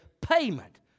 payment